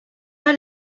pas